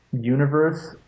universe